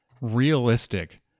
realistic